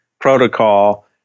protocol